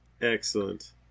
excellent